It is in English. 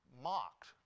mocked